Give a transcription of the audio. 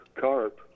Carp